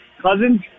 Cousins